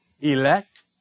elect